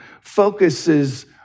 focuses